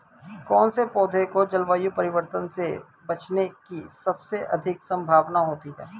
कौन से पौधे को जलवायु परिवर्तन से बचने की सबसे अधिक संभावना होती है?